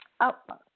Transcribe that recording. outlook